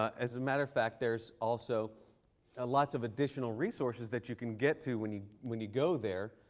as a matter of fact, there's also ah lots of additional resources that you can get to when you when you go there.